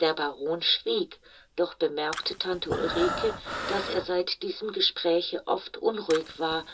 der baron schwieg doch bemerkte tante ulrike daß er seit diesem gespräche oft unruhig war